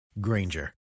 Granger